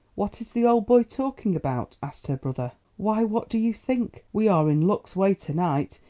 what is the old boy talking about? asked her brother. why, what do you think? we are in luck's way to-night.